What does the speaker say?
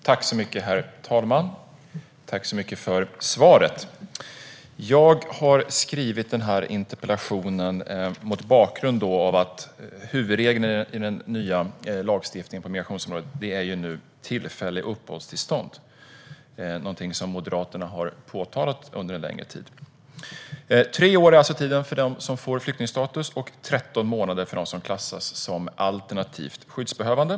Herr talman! Tack så mycket för svaret! Jag har skrivit denna interpellation mot bakgrund av att huvudregeln i den nya lagstiftningen på migrationsområdet är tillfälliga uppehållstillstånd, något som Moderaterna har efterfrågat under en längre tid. Tre år är alltså tiden för dem som får flyktingstatus, och 13 månader för dem som klassas som alternativt skyddsbehövande.